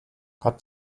hat